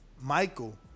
Michael